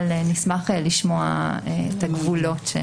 אבל אני אשמח לשמוע את הגבולות.